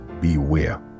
beware